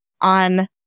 on